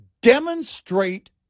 demonstrate